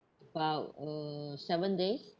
about uh seven days